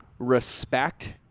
respect